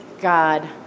God